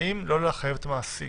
האם לא לחייב את המעסיק